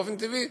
באופן טבעי,